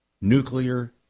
nuclear